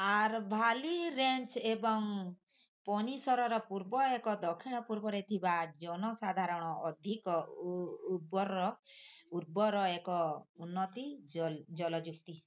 Aravalli range ଏବଂ ପନିସରର ପୂର୍ବ ଏବଂ ଦକ୍ଷିଣ ପୂର୍ବରେ ଥିବା ଜନସାଧାରଣ ଅଧିକ ଉର୍ବର ଉର୍ବର ଏକ ଉନ୍ନତି ଜଲଯୁକ୍ତି